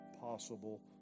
possible